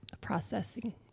Processing